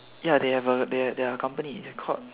ya they have a they are they are a company called